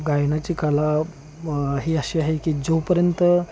गायनाची कला मग ही अशी आहे की जोपर्यंत